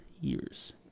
years